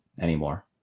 anymore